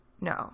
No